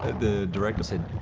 the director said,